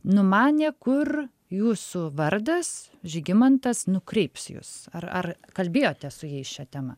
numanė kur jūsų vardas žygimantas nukreips jus ar ar kalbėjote su jais šia tema